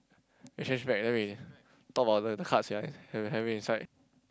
exchange back then we talk about the cards we are having having inside